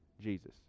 Jesus